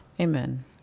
amen